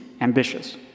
ambitious